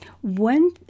one